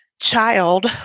child